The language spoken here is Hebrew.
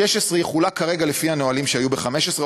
16' יחולק כרגע לפי הנהלים שהיו ב-15',